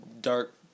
Dark